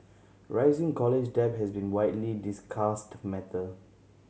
rising college debt has been widely discussed matter